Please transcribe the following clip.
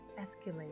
escalate